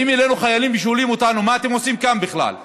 באים אלינו חיילים ושואלים אותנו: מה אתם עושים כאן בכלל?